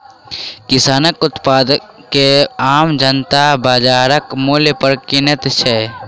किसानक उत्पाद के आम जनता बाजारक मूल्य पर किनैत छै